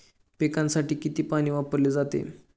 पिकांसाठी किती पाणी वापरले जाते?